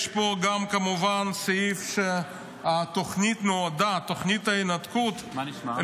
יש פה גם כמובן סעיף שתוכנית ההתנתקות נועדה